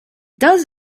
does